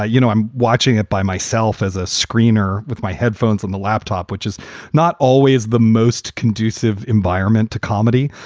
ah you know, i'm watching it by myself as a screener with my headphones on the laptop, which is not always the most conducive environment to comedy.